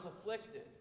afflicted